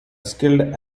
skilled